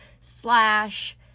slash